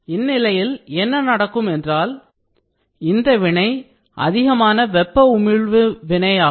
இந்நிலையில் என்ன நடக்கும் என்றால் இந்த வினை அதிகமான வெப்ப உமிழ்வு வினையாகும்